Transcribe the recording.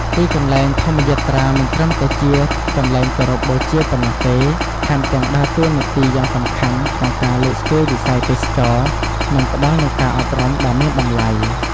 ទីកន្លែងធម្មយាត្រាមិនត្រឹមតែជាកន្លែងគោរពបូជាប៉ុណ្ណោះទេ ថែមទាំងដើរតួនាទីយ៉ាងសំខាន់ក្នុងការលើកស្ទួយវិស័យទេសចរណ៍ និងផ្តល់នូវការអប់រំដ៏មានតម្លៃ។